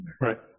Right